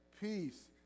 peace